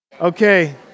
Okay